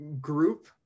group